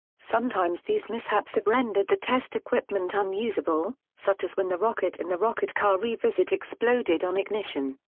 sometimes these mishaps have rendered the test equipment unusable, such as when the rocket in the rocket car revisit exploded on ignition.